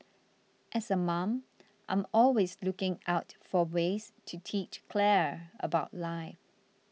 as a mom I'm always looking out for ways to teach Claire about life